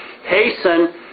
Hasten